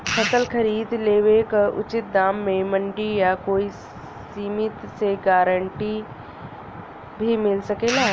फसल खरीद लेवे क उचित दाम में मंडी या कोई समिति से गारंटी भी मिल सकेला?